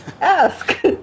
ask